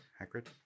Hagrid